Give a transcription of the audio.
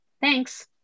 Thanks